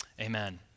Amen